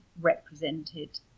represented